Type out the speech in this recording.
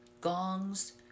gongs